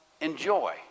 enjoy